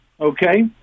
Okay